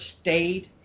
stayed